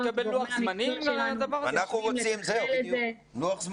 גורמי המקצוע שלנו צריכים לשכלל את זה.